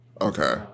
Okay